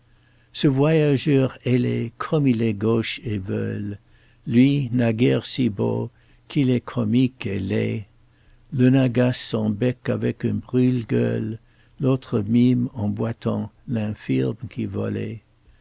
ce voyageur ailé comme il est gauche et veule lui naguère si beau qu'il est comique et laid l'un agace son bec avec un brûle-gueule l'autre mime en boitant l'infirme qui volait